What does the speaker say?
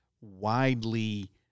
widely